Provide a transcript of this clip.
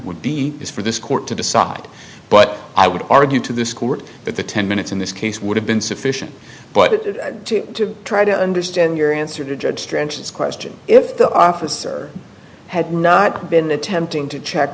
would be is for this court to decide but i would argue to this court that the ten minutes in this case would have been sufficient but to try to understand your answer to judge drenches question if the officer had not been attempting to check